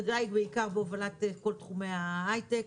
בוודאי בעיקר בהובלת כל תחומי ההיי-טק.